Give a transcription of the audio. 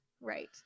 Right